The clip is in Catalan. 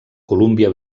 colúmbia